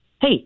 hey